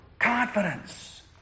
Confidence